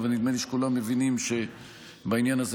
אבל נדמה לי שכולם מבינים שבעניין הזה